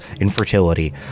infertility